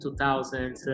2000s